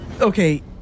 Okay